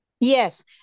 Yes